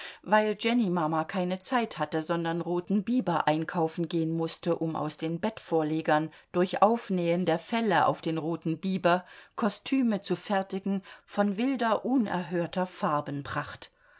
weil jennymama keine zeit hatte sondern roten biber einkaufen gehen mußte um aus den bettvorlegern durch aufnähen der felle auf den roten biber kostüme zu fertigen von wilder unerhörter farbenpracht